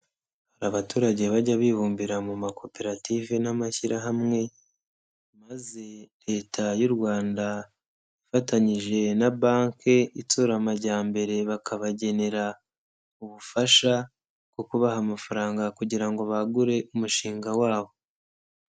Hari abaturage bajya bibumbira mu makoperative n'amashyirahamwe, maze Leta y'u Rwanda ifatanyije na banki itsura amajyambere bakabagenera ubufasha, bwo kubaha amafaranga, kugira ngo bagure umushinga wabo.